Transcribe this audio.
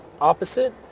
opposite